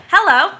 Hello